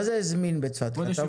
מה זה הזמין בצפת, חתם חוזה?